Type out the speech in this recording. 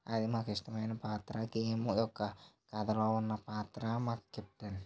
అది మాకు ఇష్టమైన పాత్ర గేము అది ఒక కథలో ఉన్న పాత్ర మాకు కెప్టెన్